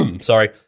sorry